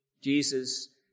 Jesus